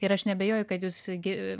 ir aš neabejoju kad jūs gi